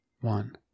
one